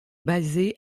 basée